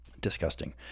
Disgusting